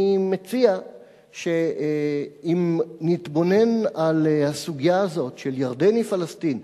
אני מציע שאם נתבונן על הסוגיה הזאת של ירדן היא פלסטין,